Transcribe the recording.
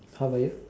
how about you